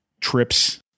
trips